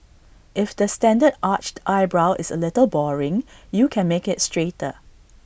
if the standard arched eyebrow is A little boring you can make IT straighter